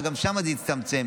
וגם שם זה הצטמצם,